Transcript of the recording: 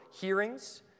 hearings